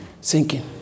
Sinking